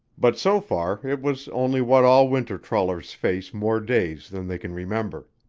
but so far it was only what all winter trawlers face more days than they can remember.